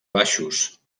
baixos